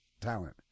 talent